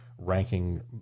ranking